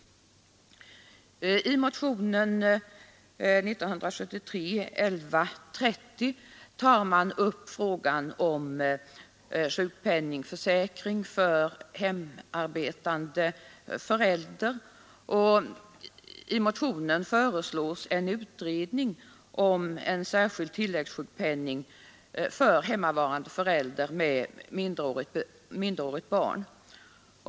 I motionen 1130 tar man upp frågan om sjukpenningförsäkring för hemarbetande förälder. I motionen föreslås en utredning om en särskild tilläggssjukpenning för hemmavarande förälder med minderårigt barn.